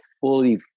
fully